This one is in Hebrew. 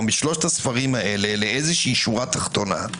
משלושת הספרים הללו לאיזו שורה תחתונה,